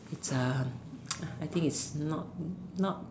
it's um I think it's not not